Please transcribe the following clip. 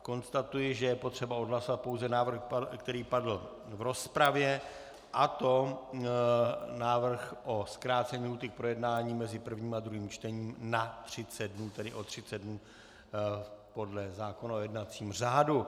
Konstatuji, že je potřeba odhlasovat pouze návrh, který padl v rozpravě, a to návrh na zkrácení lhůty k projednání mezi prvním a druhým čtením na 30 dnů, tedy o 30 dnů podle zákona o jednacím řádu.